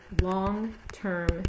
long-term